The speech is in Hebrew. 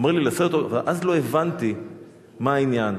אז לא הבנתי מה העניין,